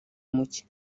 muke